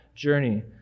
journey